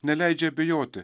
neleidžia abejoti